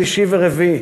שלישי ורביעי,